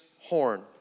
horn